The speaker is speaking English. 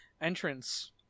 entrance